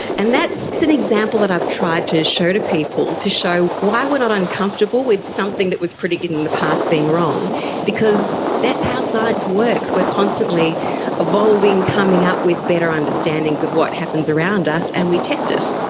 and that's an example that i've tried to show to people to show why we are not uncomfortable with something that was predicted in the past being wrong because that's how science works. we are constantly evolving, coming up with better understandings of what happens around us and we test it.